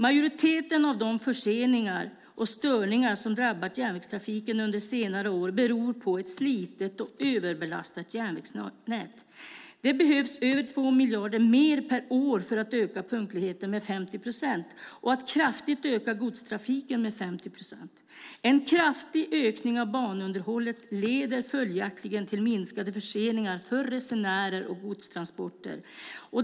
Majoriteten av de förseningar och störningar som drabbat järnvägstrafiken under senare år beror på ett slitet och överbelastat järnvägsnät. Det behövs över 2 miljarder mer per år för att öka punktligheten med 50 procent och att kraftigt öka godstrafiken med 50 procent. En kraftig ökning av banunderhållet leder följaktligen till minskade förseningar för resenärer och godstransporter.